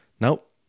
Nope